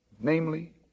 namely